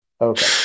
Okay